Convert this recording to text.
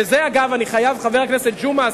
דרך אגב, חבר הכנסת אורון,